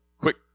quick